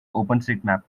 openstreetmap